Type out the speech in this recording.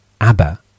ABBA